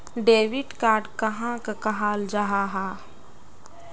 Debit card कहाक कहाल जाहा जाहा?